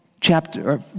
chapter